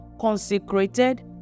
consecrated